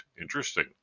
Interesting